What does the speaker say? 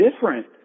Different